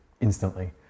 instantly